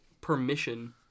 permission